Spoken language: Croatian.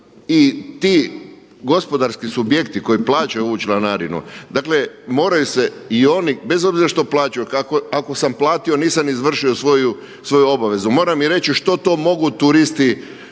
i ti gospodarski subjekti koji plaćaju ovu članarinu. Dakle, moraju se i oni bez obzira što plaćaju. Ako sam platio nisam izvršio svoju obavezu mora mi reći što to mogu turisti, odnosno